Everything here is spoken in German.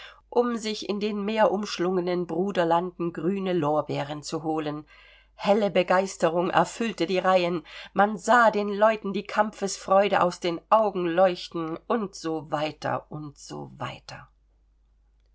um sich in dem meerumschlungenen bruderlanden grüne lorbeeren zu holen helle begeisterung erfüllte die reihen man sah den leuten die kampfesfreude aus den augen leuchten u s w u s w